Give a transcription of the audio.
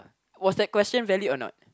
was the question valid or not